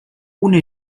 una